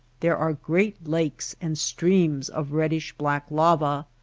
there are great lakes and streams of reddish-black lava,